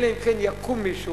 אלא אם כן יקום מישהו